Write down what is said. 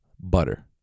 butter